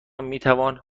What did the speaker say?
میتوان